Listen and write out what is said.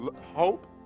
hope